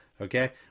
Okay